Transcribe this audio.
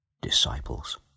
disciples